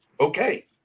okay